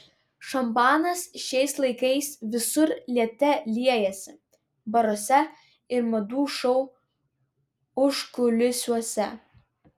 šampanas šiais laikais visur liete liejasi baruose ir madų šou užkulisiuose